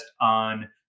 on